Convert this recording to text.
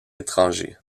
étrangers